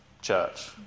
church